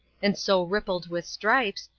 and so rippled with stripes,